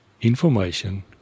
information